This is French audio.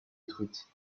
détruite